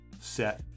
set